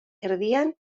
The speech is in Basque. erdian